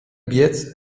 biec